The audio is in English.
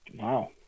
wow